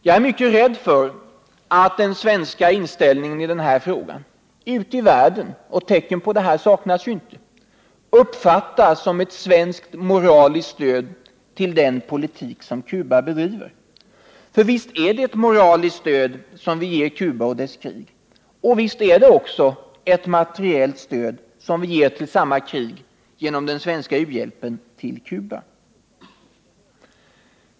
Jag är rädd för att den svenska inställningen i den här frågan ute i världen — tecken på det saknas ju inte —- uppfattas som ett svenskt moraliskt stöd till den politik som Cuba bedriver. För visst är det ett moraliskt stöd som vi ger Cuba och dess krig. Visst är det också ett materiellt stöd som vi ger till samma krig genom den svenska u-hjälpen till Cuba.